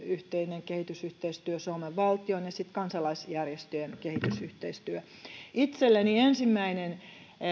yhteinen kehitysyhteistyö suomen valtion ja sitten kansalaisjärjestöjen kehitysyhteistyö itselleni ensimmäinen